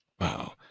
Wow